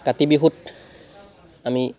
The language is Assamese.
কাতি বিহুত আমি